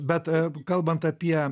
bet kalbant apie